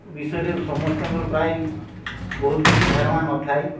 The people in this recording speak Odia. ବିଷୟରେ ସମସ୍ତଙ୍କର ପ୍ରାୟ ବହୁତ କିଛି ଧାରଣା ନଥାଏ